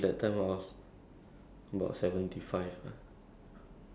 that time I saw this one jacket damn nice at H and M